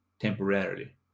temporarily